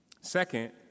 Second